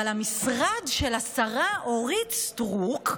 אבל המשרד של השרה אורית סטרוק,